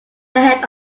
ahead